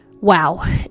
wow